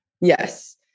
Yes